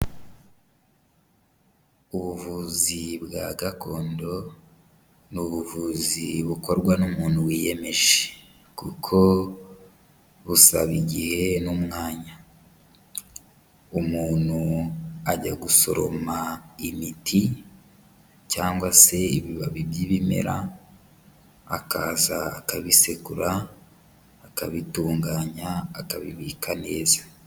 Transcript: Ubuvuzi bwa gakondo n'ubuvuzi bukorwa n'umuntu wiyemeje kuko busaba igihe n'umwanya, umuntu ajya gushoroma imiti cyangwa se ibibabi by'ibimera, akaza akabisekura akabitunganya akabibika neza.